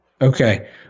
Okay